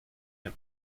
him